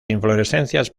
inflorescencias